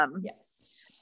Yes